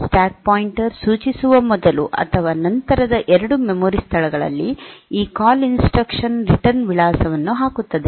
stack pointer ಸೂಚಿಸುವ ಮೊದಲು ಅಥವಾ ನಂತರದ 2 ಮೆಮೊರಿ ಸ್ಥಳಗಳಲ್ಲಿ ಈ ಕಾಲ್ ಇನ್ಸ್ಟ್ರಕ್ಷನ್ ರಿಟರ್ನ್ ವಿಳಾಸವನ್ನು ಹಾಕುತ್ತದೆ